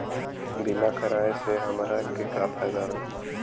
बीमा कराए से हमरा के का फायदा होई?